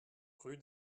rue